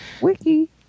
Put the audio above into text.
wiki